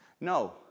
no